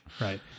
Right